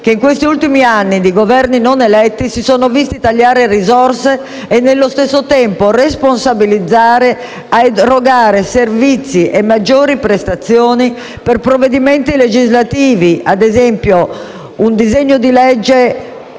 che, in questi ultimi anni di Governi non eletti, si sono visti tagliare risorse e, nello stesso tempo, responsabilizzare ad erogare servizi e maggiori prestazioni per provvedimenti legislativi. Mi riferisco, ad